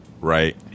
Right